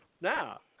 Now